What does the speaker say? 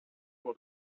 for